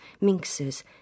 minxes